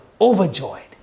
overjoyed